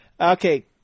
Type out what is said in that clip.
okay